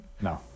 No